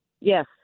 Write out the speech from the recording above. Yes